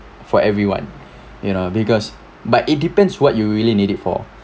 for everyone you know because but it depends what you really need it for